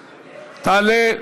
תעלה.